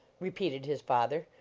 repeated his father,